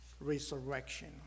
resurrection